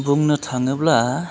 बुंनो थाङोब्ला